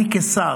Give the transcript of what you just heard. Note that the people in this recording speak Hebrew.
אני כשר,